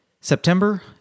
September